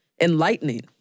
enlightening